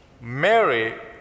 Mary